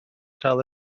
cael